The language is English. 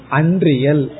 unreal